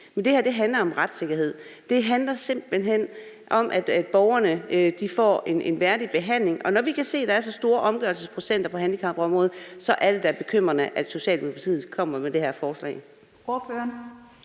Men det her handler om retssikkerhed. Det handler simpelt hen om, at borgerne får en værdig behandling. Og når vi kan se, at der er så store omgørelsesprocenter på handicapområdet, er det da bekymrende, at Socialdemokratiet kommer med det her forslag.